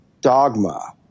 dogma